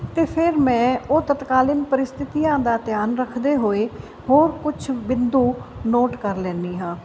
ਅਤੇ ਫਿਰ ਮੈਂ ਉਹ ਤਤਕਾਲੀਨ ਪਰਿਸਥਿਤੀਆਂ ਦਾ ਧਿਆਨ ਰੱਖਦੇ ਹੋਏ ਹੋਰ ਕੁਛ ਬਿੰਦੂ ਨੋਟ ਕਰ ਲੈਂਦੀ ਹਾਂ